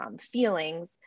feelings